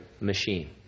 machine